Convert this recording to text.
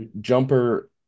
jumper